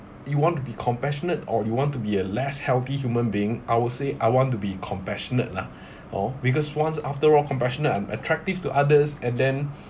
you want to be compassionate or you want to be a less healthy human being I would say I want to be compassionate lah hor because once after all compassionate I'm attractive to others and then